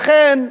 לכן,